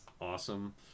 Awesome